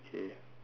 okay